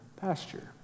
pasture